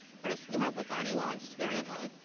first, we have what's already launched, variant a,